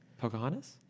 Pocahontas